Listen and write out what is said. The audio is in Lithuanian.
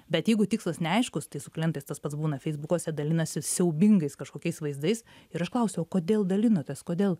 bet jeigu tikslas neaiškus tai su klientais tas pats būna feisbukuose dalinasi siaubingais kažkokiais vaizdais ir aš klausiau o kodėl dalinotės kodėl